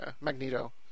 Magneto